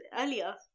earlier